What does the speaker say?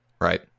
Right